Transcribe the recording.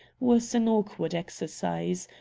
was an awkward exercise,